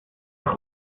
auf